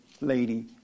lady